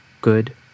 good